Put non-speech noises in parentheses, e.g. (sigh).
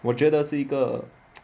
我觉得是一个 (noise)